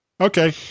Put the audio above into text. Okay